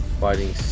fighting